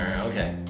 Okay